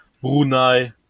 Brunei